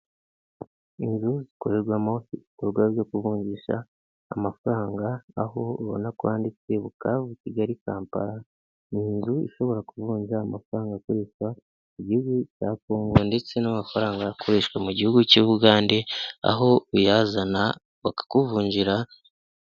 Inzu zikorerwamo ibikorwa byo kuvunjisha amafaranga, aho ubona ko handitse Bukavu-Kigali-Kampala, ni inzu ishobora kuvunja amafaranga akoreshwa mu gihugu cya Congo ndetse n'amafaranga akoreshwa mu gihugu cy'Ubugande aho uyazana bakakuvunjira...